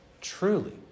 truly